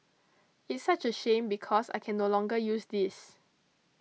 it's such a shame because I can no longer use this